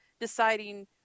deciding